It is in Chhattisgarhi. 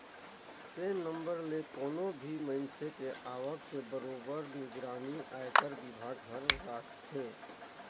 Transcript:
पेन नंबर ले कोनो भी मइनसे के आवक के बरोबर निगरानी आयकर विभाग हर राखथे